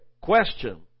question